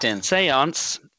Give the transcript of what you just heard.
Seance